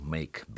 Make